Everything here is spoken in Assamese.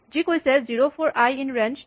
যি কৈছে zero for i in range three